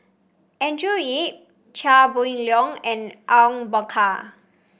Andrew Yip Chia Boon Leong and Awang Bakar